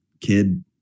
kid